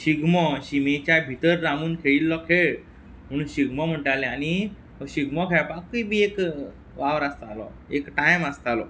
शिगमो शिमेच्या भितर रावून खेळिल्लो खेळ म्हुणू शिगमो म्हणटाले आनी हो शिगमो खेळपाकय बी एक वावर आसतालो एक टायम आसतालो